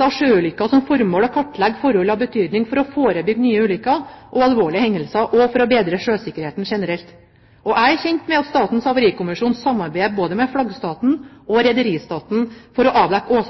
av sjøulykker som formål å kartlegge forhold av betydning for å forebygge nye ulykker og alvorlige hendelser, og for å bedre sjøsikkerheten generelt. Jeg er kjent med at Statens havarikommisjon samarbeider både med flaggstaten og rederistaten for å avdekke